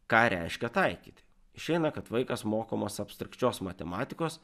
ką reiškia taikyti išeina kad vaikas mokomas abstrakčios matematikos